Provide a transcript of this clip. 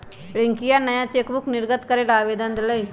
रियंकवा नया चेकबुक निर्गत करे ला आवेदन देलय